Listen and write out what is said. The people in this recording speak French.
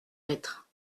être